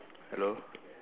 hello